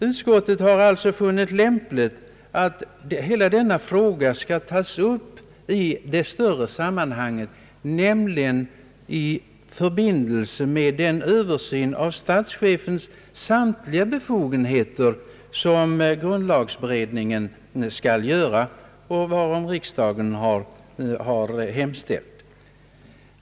Utskottet har funnit lämpligt att hela denna fråga tas upp i ett större sammanhang, nämligen i förbindelse med den översyn av statschefens samtliga befogenheter som grundlagberedningen skall göra och varom riksdagen har hemställt.